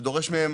זה דורש מהם